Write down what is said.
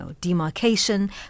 demarcation